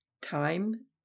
Time